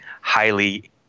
highly